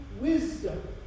Wisdom